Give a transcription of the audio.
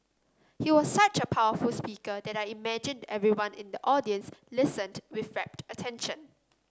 he was such a powerful speaker that I imagined everyone in the audience listened with rapt attention